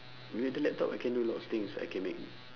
with the laptop I can do a lot of things I can make